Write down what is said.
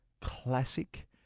classic